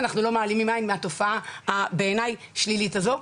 אנחנו לא מעלימים עין מהתופעה השלילית הזאת,